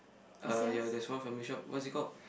uh ya there's one family shop what is it called